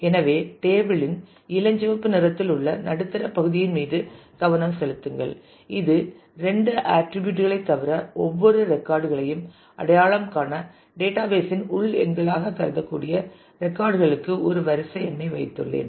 எனவே டேபிள் இன் இளஞ்சிவப்பு நிறத்தில் உள்ள நடுத்தரப் பகுதியின் மீது கவனம் செலுத்துங்கள் இது இரண்டு ஆர்ட்டிரிபியூட் களைத் தவிர ஒவ்வொரு ரெக்கார்ட் களையும் அடையாளம் காண டேட்டாபேஸ் இன் உள் எண்களாகக் கருதக்கூடிய ரெக்கார்ட் களுக்கு ஒரு வரிசை எண்ணை வைத்துள்ளேன்